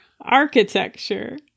Architecture